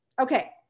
Okay